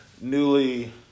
newly